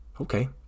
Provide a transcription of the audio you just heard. Okay